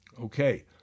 Okay